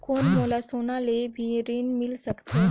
कौन मोला सोना ले भी ऋण मिल सकथे?